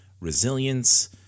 resilience